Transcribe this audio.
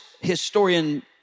historian